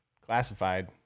classified